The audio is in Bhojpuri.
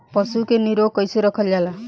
पशु के निरोग कईसे रखल जाला?